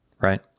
right